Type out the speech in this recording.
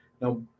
Now